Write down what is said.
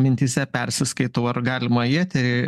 mintyse persiskaitau ar galima į eterį